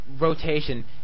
rotation